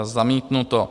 Zamítnuto.